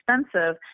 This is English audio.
expensive